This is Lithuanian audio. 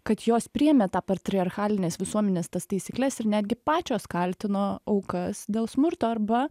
kad jos priėmė tą patriarchalinės visuomenės tas taisykles ir netgi pačios kaltino aukas dėl smurto arba